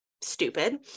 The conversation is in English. stupid